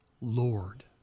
Lord